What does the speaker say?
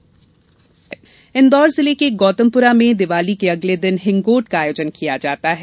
हिंगोट इन्दौर जिले के गौतमपुरा में दीवाली के अगले दिन हिंगोट का आयोजन किया जाता है